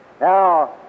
Now